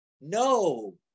No